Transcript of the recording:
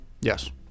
yes